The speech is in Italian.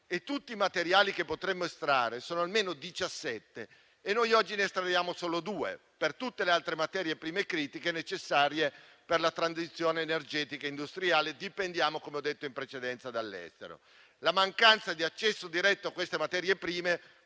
tutti i materiali che potremmo estrarre sono almeno diciassette: noi oggi ne estraiamo solo due. Per tutte le altre materie prime critiche necessarie per la transizione energetica industriale dipendiamo, come ho detto in precedenza, dall'estero. La mancanza di accesso diretto a queste materie prime